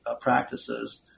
practices